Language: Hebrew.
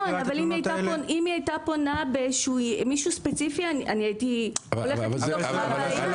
אם היא הייתה פונה בשביל מישהו ספציפי אני הייתי הולכת לבדוק מה הבעיה.